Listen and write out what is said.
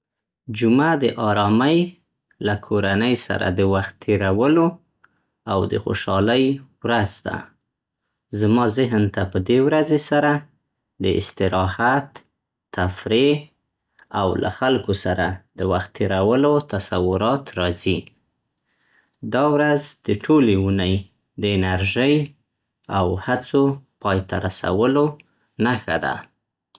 جمعه د ارامۍ، له کورنۍ سره د وخت تېرولو او د خوشحالۍ ورځ ده. زما ذهن ته په دې ورځې سره د استراحت، تفریح او له خلکو سره د وخت تېرولو تصورات راځي. دا ورځ د ټولې اونۍ د انرژۍ او هڅو پای ته رسولو نښه ده.